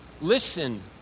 listen